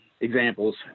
examples